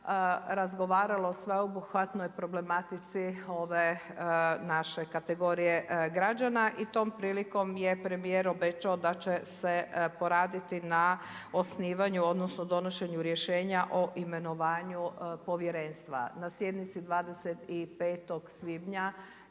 razgovaralo o sveobuhvatnoj problematici ove naše kategorije građana i tom prilikom je premijer obećao da će se poraditi osnivanju odnosno donošenju rješenja o imenovanju povjerenstva. Na sjednici 25. svibnja